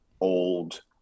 old